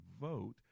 vote